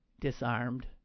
disarmed